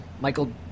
Michael